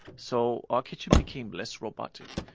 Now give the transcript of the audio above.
so our kitchen became less robotic,